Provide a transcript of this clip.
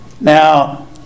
Now